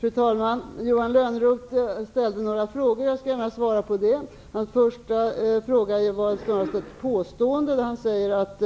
Fru talman! Johan Lönnroth ställde några frågor, och jag skall gärna svara på dem. Johan Lönnroths första fråga var snarare ett påstående, där han sade att